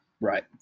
Right